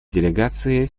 делегации